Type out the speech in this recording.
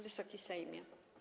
Wysoki Sejmie!